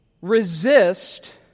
resist